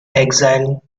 exile